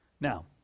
Now